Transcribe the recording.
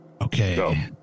Okay